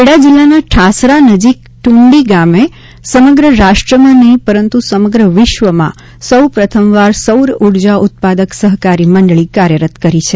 ખેડા જિલ્લાના ઠાસરા નજીક ઢુંડી ગામે સમગ્ર રાષ્ટ્રમાં નહીં પરંતુ સમગ્ર વિશ્વમાં સૌ પ્રથમવાર સૌર ઊર્જા ઉત્પાદક સહકારી મંડળી કાર્યરત કરી છે